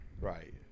Right